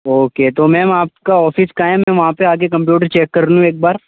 okay تو ma'am آپ کا آفس کہاں ہے میں ہے وہاں پہ آ کے کمپیوٹر چیک کر لوں ایک بار